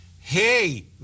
Hey